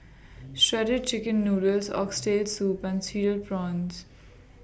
Shredded Chicken Noodles Oxtail Soup and Cereal Prawns